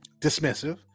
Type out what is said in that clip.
dismissive